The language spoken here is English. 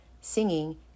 singing